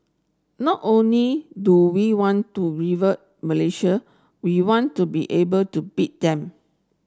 not only do we want to rival Malaysia we want to be able to beat them